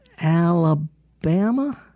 Alabama